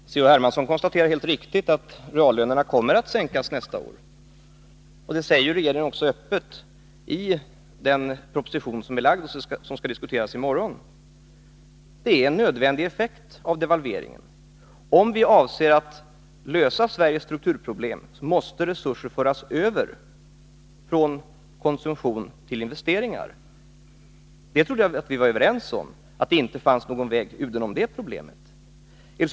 Herr talman! C.-H. Hermansson konstaterar helt riktigt att reallönerna kommer att sänkas nästa år. Det säger regeringen också öppet i den proposition som är lagd och som skall diskuteras i morgon. Det är en nödvändig effekt av devalveringen. Om vi avser att lösa Sveriges strukturproblem måste resurser föras över från konsumtion till investeringar. Det trodde jag att vi var överens om — att det inte finns någon väg udenom det problemet.